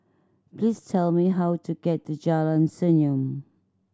please tell me how to get to Jalan Senyum